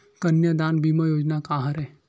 कन्यादान बीमा योजना का हरय?